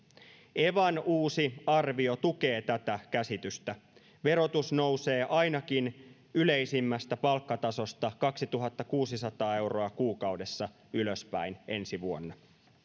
evan uusi arvio tukee tätä käsitystä verotus nousee ainakin yleisimmästä palkkatasosta kaksituhattakuusisataa euroa kuukaudessa ylöspäin ensi vuonna